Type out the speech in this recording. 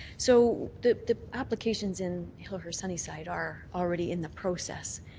so the the applications in hillhurst sunnyside are already in the process,